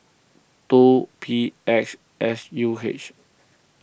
two P X S U H